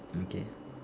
okay